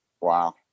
Wow